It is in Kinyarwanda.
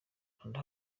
kanda